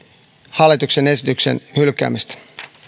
hallituksen esityksen hylkäämistä